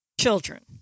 Children